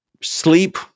sleep